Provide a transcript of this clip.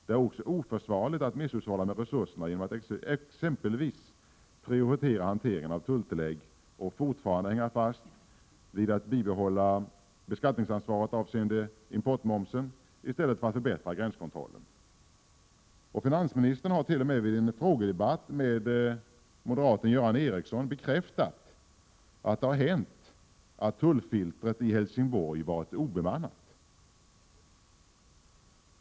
Det är också oförsvarligt att misshushålla med resurserna genom att exempelvis prioritera hanteringen av tulltillägg och fortfarande hänga fast vid ett bibehållet beskattningsansvar avseende importmomsen i stället för att förbättra gränskontrollen. Finansministern har t.o.m. vid en frågedebatt med moderaten Göran Ericsson bekräftat att det har hänt att tullfiltret i Helsingborg varit obemannat.